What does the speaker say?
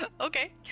Okay